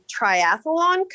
triathlon